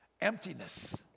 emptiness